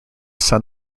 son